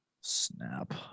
Snap